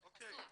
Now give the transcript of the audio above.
כי זה חסוי.